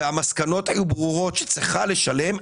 ולמרות המסקנות הברורות שהיא צריכה לשלם,